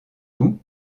vous